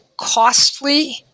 costly